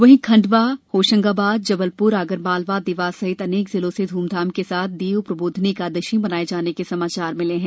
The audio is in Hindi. वहीं खंडवा होशंगाबाद जबलपुर आगरमालवा देवास सहित अनेक जिलों से ध्रमधाम के साथ देव प्रबोधनी एकादशी मनाये जाने के समाचार मिले हैं